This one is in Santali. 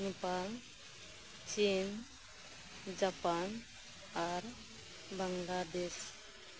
ᱱᱮᱯᱟᱞ ᱪᱤᱱ ᱡᱟᱯᱟᱱ ᱟᱨ ᱵᱟᱝᱞᱟᱫᱮᱥ